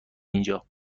اونجا